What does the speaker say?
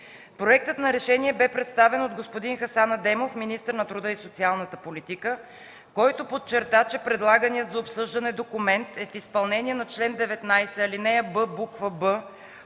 Проектът на решение бе представен от господин Хасан Адемов – министър на труда и социалната политика, който подчерта, че предлаганият за обсъждане документ е в изпълнение на чл. 19, ал. 6, буква